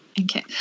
Okay